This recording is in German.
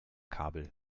kabel